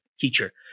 teacher